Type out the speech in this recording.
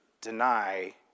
deny